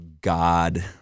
God